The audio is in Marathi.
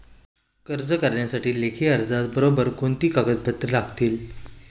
कर्ज करण्यासाठी लेखी अर्जाबरोबर कोणती कागदपत्रे लागतील?